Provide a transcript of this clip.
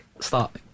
start